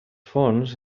fons